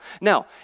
Now